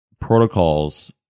protocols